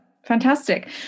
Fantastic